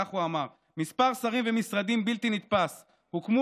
כך הוא אמר: "מספר שרים ומשרדים בלתי נתפס הוקמו